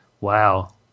Wow